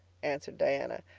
answered diana,